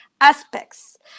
aspects